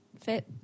fit